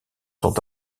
sont